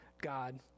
God